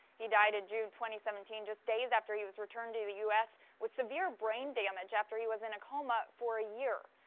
he died in june twenty seventeen, just days after he was returned to the u s with severe brain damage. after he was in a coma for a year.